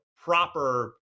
proper